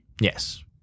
Yes